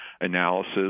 analysis